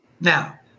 Now